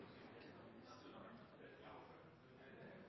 er fasiten klar,